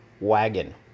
Wagon